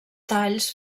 talls